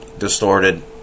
Distorted